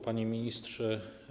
Panie Ministrze!